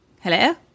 Hello